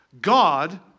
God